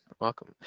Welcome